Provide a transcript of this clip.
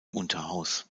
unterhaus